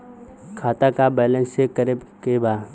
खाता का balance check करे के बा?